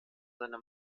seine